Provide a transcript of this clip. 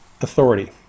authority